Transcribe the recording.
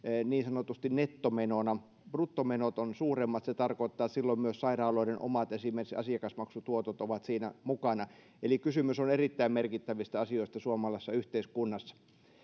niin sanotusti nettomenona bruttomenot ovat suuremmat se tarkoittaa silloin myös sitä että esimerkiksi sairaaloiden omat asiakasmaksutuotot ovat siinä mukana eli kysymys on erittäin merkittävistä asioista suomalaisessa yhteiskunnassa